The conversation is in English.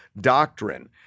doctrine